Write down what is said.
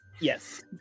Yes